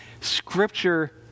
Scripture